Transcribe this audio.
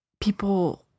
people